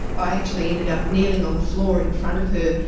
i actually ended up kneeling on the floor in front of her,